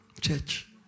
Church